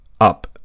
up